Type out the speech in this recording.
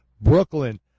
Brooklyn